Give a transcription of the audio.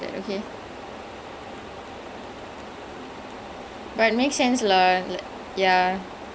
ya it's on Amazon Prime theatre release கிடையாது:kidaiyaathu because in india theaters இன்னும் திறகல்ல:innum thirakalla lah